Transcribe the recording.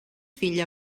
filla